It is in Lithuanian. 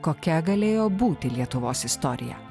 kokia galėjo būti lietuvos istorija